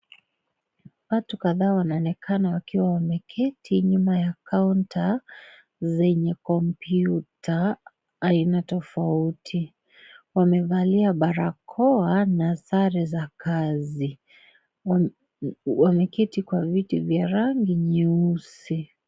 Watu kadhaa wanaonekana wakiwa wameketi nyuma ya counter zenye kompyuta aina tofauti, wamevalia barakoa na sare za kazi, wameketi kwa viti vya rangi nyeusi.